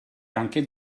anche